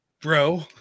bro